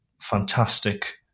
fantastic